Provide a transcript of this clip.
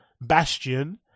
bastion